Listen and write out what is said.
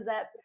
up